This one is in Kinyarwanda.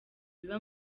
biba